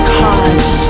cause